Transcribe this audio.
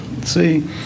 See